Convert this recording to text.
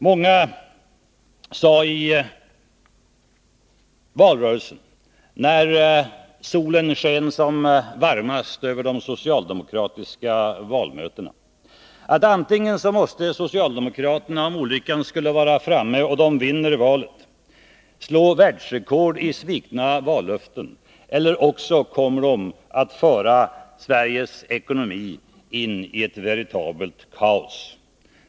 Många sade i valrörelsen, när solen sken som varmast över de socialdemokratiska valmötena, att antingen måste socialdemokraterna, om olyckan skulle vara framme och de vinner valet, slå världsrekord i svikna vallöften, eller också kommer de att föra Sveriges ekonomi in i ett veritabelt kaos.